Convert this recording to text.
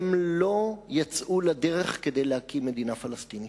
הם לא יצאו לדרך כדי להקים מדינה פלסטינית,